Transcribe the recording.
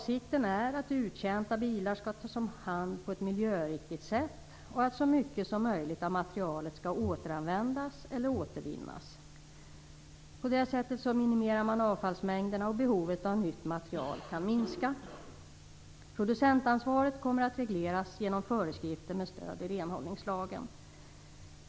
Syftet är att uttjänta bilar skall tas om hand på ett miljöriktigt sätt och att så mycket som möjligt av materialet skall återanvändas eller återvinnas. På så sätt minimerar man avfallsmängderna och behovet av nytt material kan minska. Producentansvaret kommer att regleras genom föreskrifter med stöd i renhållningslagen.